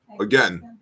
again